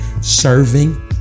serving